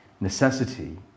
necessity